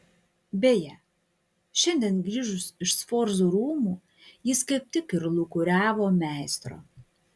beje šiandien grįžus iš sforzų rūmų jis kaip tik ir lūkuriavo meistro